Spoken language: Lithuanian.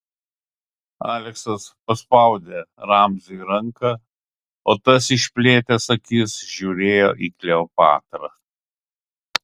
aleksas paspaudė ramziui ranką o tas išplėtęs akis žiūrėjo į kleopatrą